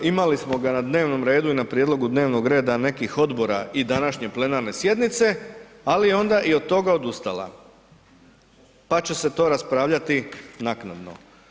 Imali smo ga na dnevnom redu i na prijedlogu dnevnog reda nekih odbora i današnje plenarne sjednice, ali je onda i od toga odustala, pa će se to raspravljati naknadno.